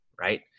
right